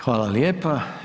Hvala lijepa.